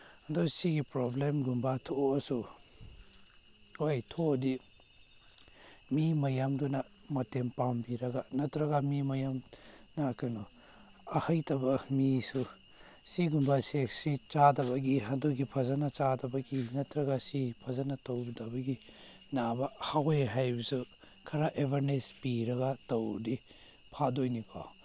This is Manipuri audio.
ꯑꯗꯨ ꯁꯤꯒꯤ ꯄ꯭ꯔꯣꯕ꯭ꯂꯦꯝꯒꯨꯝꯕ ꯊꯣꯛꯑꯁꯨ ꯍꯣꯏ ꯊꯣꯛꯑꯗꯤ ꯃꯤ ꯃꯌꯥꯝꯗꯨꯅ ꯃꯇꯦꯡ ꯄꯥꯡꯕꯤꯔꯒ ꯅꯠꯇ꯭ꯔꯒ ꯃꯤ ꯃꯌꯥꯝꯅ ꯀꯩꯅꯣ ꯑꯍꯩꯇꯕ ꯃꯤꯁꯨ ꯁꯤꯒꯨꯝꯕꯁꯦ ꯁꯤ ꯆꯥꯗꯕꯒꯤ ꯑꯗꯨꯒꯤ ꯐꯖꯅ ꯆꯥꯗꯕꯒꯤ ꯅꯠꯇ꯭ꯔꯒ ꯁꯤ ꯐꯖꯅ ꯇꯧꯗꯕꯒꯤ ꯅꯥꯕ ꯍꯧꯋꯦ ꯍꯥꯏꯕꯁꯨ ꯈꯔ ꯑꯦꯋꯥꯔꯅꯦꯁ ꯄꯤꯔꯒ ꯇꯧꯔꯗꯤ ꯐꯗꯣꯏꯅꯤꯀꯣ